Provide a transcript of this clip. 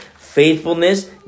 faithfulness